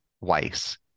Weiss